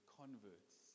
converts